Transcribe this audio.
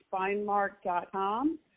spinemark.com